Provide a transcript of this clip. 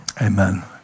amen